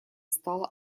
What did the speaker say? стало